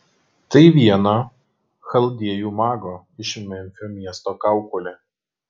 tai vieno chaldėjų mago iš memfio miesto kaukolė